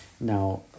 Now